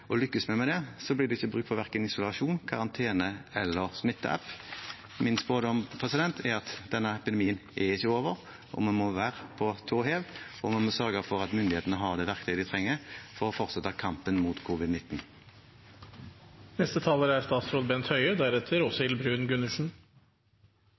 å få ned smittetrykket, og lykkes vi med det, blir det ikke bruk for verken isolasjon, karantene eller Smittestopp-app. Min spådom er at denne epidemien ikke er over. Vi må være på tå hev, og vi må sørge for at myndighetene har det verktøyet de trenger for å fortsette kampen mot